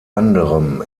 anderem